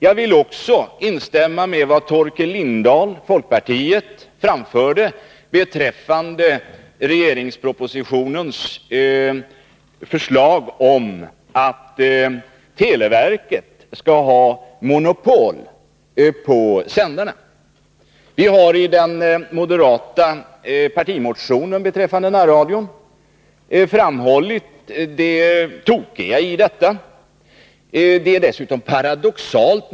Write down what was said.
Jag vill också instämma i vad Torkel Lindahl, folkpartiet, sade beträffande propositionens förslag om att televerket skall ha monopol på sändarna. Vi har i den moderata partimotionen beträffande närradion framhållit det tokiga i förslaget att televerket skall få monopol på sändarna.